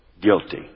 guilty